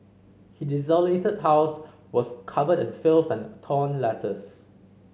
the desolated house was covered in filth and torn letters